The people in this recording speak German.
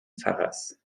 pfarrers